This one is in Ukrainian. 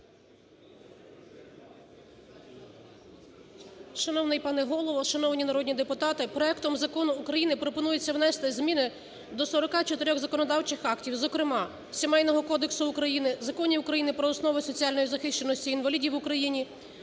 Шановний пане Голово, шановні народні депутати, проектом Закону України пропонується внести зміни до 44 законодавчих актів, зокрема, Сімейного кодексу України, Законів України "Про основи соціальної захищеності інвалідів в Україні",